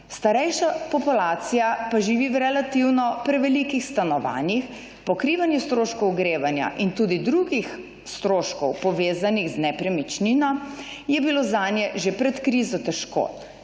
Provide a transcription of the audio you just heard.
starejša populacija pa živi v relativno prevelikih stanovanjih, pokrivanje stroškov ogrevanja in tudi drugih stroškov povezanih z nepremičnino je bilo zanje že pred krizo težko.